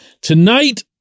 Tonight